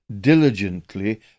diligently